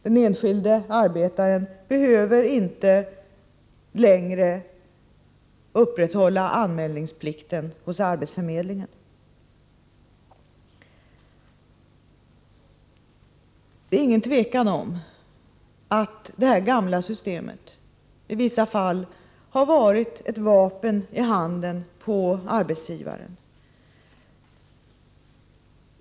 Den enskilde arbetaren behöver inte längre upprätthålla anmälningsplikten hos arbetsförmedlingen. Det är inget tvivel om att det gamla systemet i vissa fall har varit ett vapen i handen på arbetsgivaren.